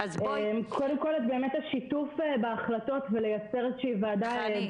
קודם כול שיתוף בהחלטות ולייצר איזושהי ועדה